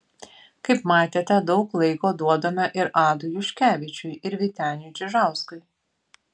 kaip matėte daug laiko duodame ir adui juškevičiui ir vyteniui čižauskui